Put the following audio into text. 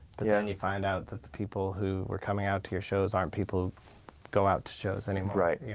but then you find out that the people who were coming out to your shows aren't people who go out to shows anymore. right.